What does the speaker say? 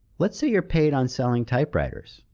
let's say you're paid on selling typewriters,